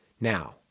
Now